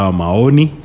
maoni